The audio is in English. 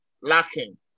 lacking